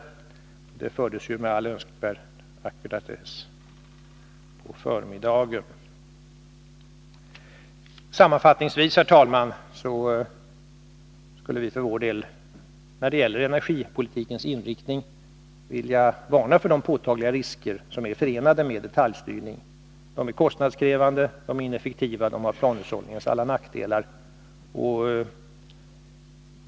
Den diskussionen fördes med all önskvärd ackuratess på förmiddagen. Herr talman! Sammanfattningsvis skulle jag för vår del när det gäller energipolitikens inriktning vilja varna för de påtagliga risker som är förenade med detaljstyrning. Den är kostnadskrävande, den är ineffektiv och den har planhushållningens alla nackdelar.